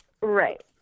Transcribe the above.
Right